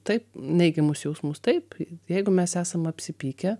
taip neigiamus jausmus taip jeigu mes esam apsipykę